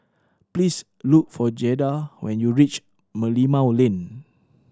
please look for Jada when you reach Merlimau Lane